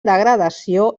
degradació